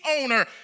owner